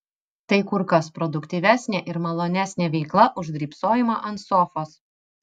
tai kur kas produktyvesnė ir malonesnė veikla už drybsojimą ant sofos